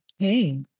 Okay